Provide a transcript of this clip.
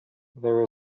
there